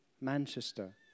Manchester